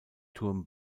turm